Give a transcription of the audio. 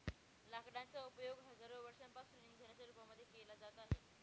लाकडांचा उपयोग हजारो वर्षांपासून इंधनाच्या रूपामध्ये केला जात आहे